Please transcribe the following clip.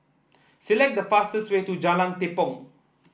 select the fastest way to Jalan Tepong